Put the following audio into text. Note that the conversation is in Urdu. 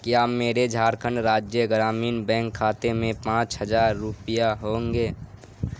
کیا میرے جھارکھنڈ راجیہ گرامین بینک کھاتے میں پانچ ہزار روپیہ ہونگے